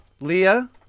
Leah